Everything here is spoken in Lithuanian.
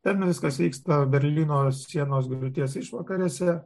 ten viskas vyksta berlyno sienos griūties išvakarėse